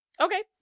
Okay